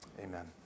Amen